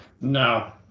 No